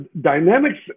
dynamics